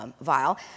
vial